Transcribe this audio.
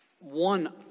One